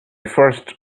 first